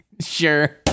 Sure